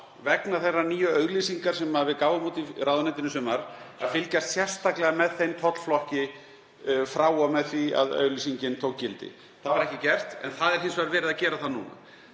vegna þeirrar nýju auglýsingar sem við gáfum út í ráðuneytinu í sumar hefði átt að fylgjast sérstaklega með þeim tollflokki frá og með því að auglýsingin tók gildi. Það var ekki gert en það er hins vegar verið að gera það núna.